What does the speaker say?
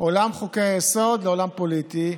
מעולם חוקי-היסוד לעולם פוליטי,